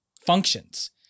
functions